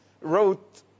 wrote